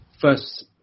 first